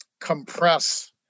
compress